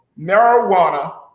marijuana